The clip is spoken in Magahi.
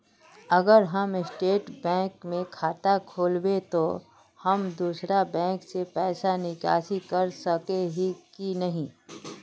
अगर हम स्टेट बैंक में खाता खोलबे तो हम दोसर बैंक से पैसा निकासी कर सके ही की नहीं?